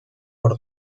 por